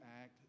act